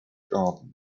gardens